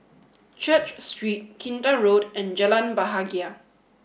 Church Street Kinta Road and Jalan Bahagia